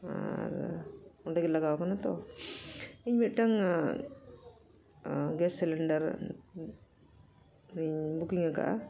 ᱟᱨ ᱚᱸᱰᱮᱜᱮ ᱞᱟᱜᱟᱣ ᱠᱟᱱᱟ ᱛᱚ ᱤᱧ ᱢᱤᱫᱴᱟᱝ ᱜᱮᱥ ᱥᱤᱞᱤᱱᱰᱟᱨ ᱤᱧ ᱵᱩᱠᱤᱝ ᱟᱠᱟᱫᱼᱟ